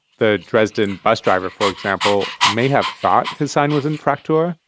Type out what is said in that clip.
the dresden bus driver, for example, may have thought his sign was in fraktur.